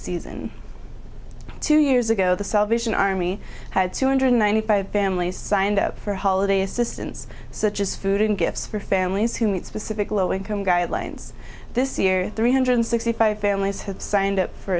season two years ago the salvation army had two hundred ninety five families signed up for holiday assistance such as food and gifts for families who meet specific low income guidelines this year three hundred sixty five families have signed up for